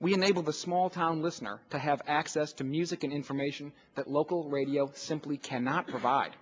we enable the small town listener to have access to music and information that local radio simply cannot provide